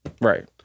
right